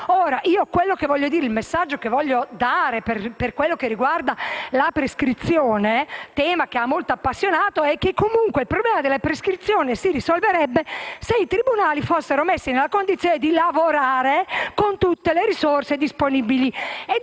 grado. Il messaggio che voglio dare, per quanto riguarda la prescrizione, tema che ha molto appassionato, è che comunque il problema si risolverebbe se i tribunali fossero messi nella condizione di lavorare con tutte le risorse disponibili